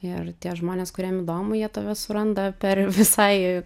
ir tie žmonės kuriem įdomu jie tave suranda per visai